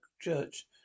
church